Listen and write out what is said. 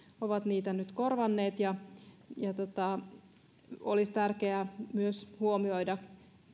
ovat niitä nyt korvanneet ja olisi tärkeää myös huomioida